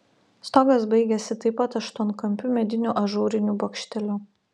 stogas baigėsi taip pat aštuoniakampiu mediniu ažūriniu bokšteliu